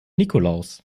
nikolaus